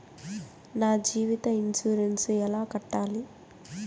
నా జీవిత ఇన్సూరెన్సు ఎలా కట్టాలి?